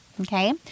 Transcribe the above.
Okay